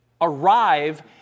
arrive